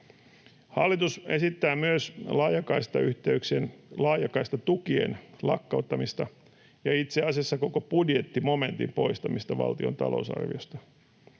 Hallitus esittää myös laajakaistatukien lakkauttamista ja itse asiassa koko budjettimomentin poistamista valtion talousarviosta.